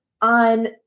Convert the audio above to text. on